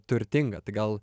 turtinga tai gal